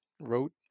wrote